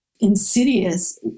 insidious